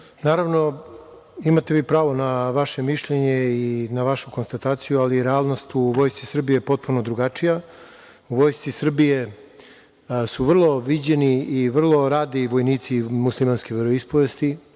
Naravno, imate vi pravo na vaše mišljenje i na vašu konstataciju, ali realnost u Vojsci Srbiji je potpuno drugačija. U Vojsci Srbije su vrlo viđeni i vrlo radi vojnici muslimanske veroispovesti.